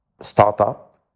startup